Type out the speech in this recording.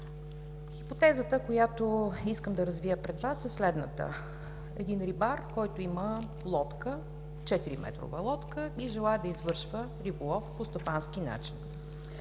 Хипотезата, която искам да развия пред Вас, е следната. Един рибар има лодка – четириметрова лодка, и желае да извършва риболов по стопански начин.